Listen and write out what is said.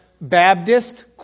Baptist